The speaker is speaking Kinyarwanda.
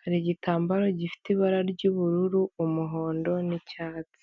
hari igitambaro gifite ibara ry'ubururu, umuhondo n'icyatsi.